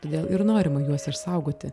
todėl ir norima juos išsaugoti